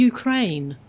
Ukraine